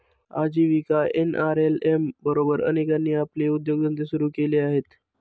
आजीविका एन.आर.एल.एम बरोबर अनेकांनी आपले उद्योगधंदे सुरू केले आहेत